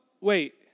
wait